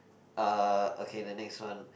uh okay the next one